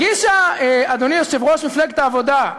הגישה, אדוני יושב-ראש מפלגת העבודה,